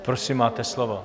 Prosím, máte slovo.